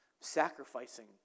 sacrificing